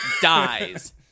dies